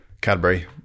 Cadbury